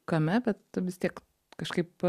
kame bet vis tiek kažkaip